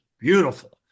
beautiful